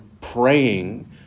praying